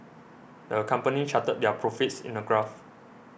the company charted their profits in a graph